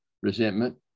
resentment